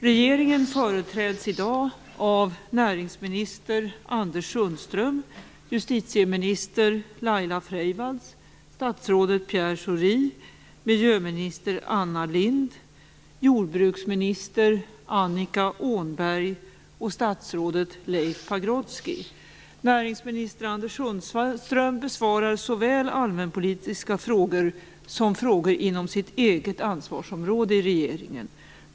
Regeringen företräds i dag av näringsminister Anders Sundström, justitieminister Näringsminister Anders Sundström besvarar såväl allmänpolitiska frågor som frågor inom sitt eget ansvarsområde i regeringen.